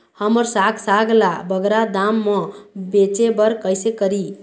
हमर साग साग ला बगरा दाम मा बेचे बर कइसे करी?